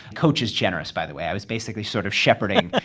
coach is generous, by the way. i was basically sort of shepherding.